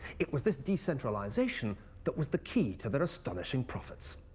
it was this decentraiisation that was the key to their astonishing profits.